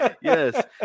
Yes